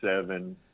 seven